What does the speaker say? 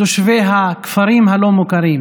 תושבי הכפרים הלא-מוכרים.